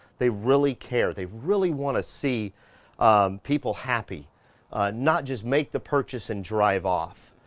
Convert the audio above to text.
they really care. they really want to see people happy not just make the purchase and drive off.